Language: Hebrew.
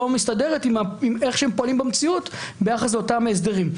מסתדרת עם הדרך שבה הם פועלים במציאות ביחס לאותם הסדרים.